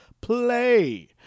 play